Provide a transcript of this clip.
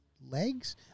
legs